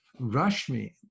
Rashmi